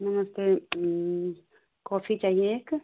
नमस्ते कॉफ़ी चाहिए एक